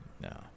No